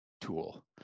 tool